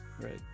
Right